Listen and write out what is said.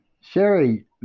Sherry